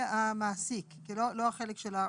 לא החלק של העובד.